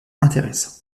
intéressants